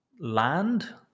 land